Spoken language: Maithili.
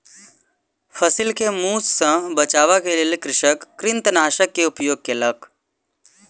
फसिल के मूस सॅ बचाबअ के लेल कृषक कृंतकनाशक के उपयोग केलक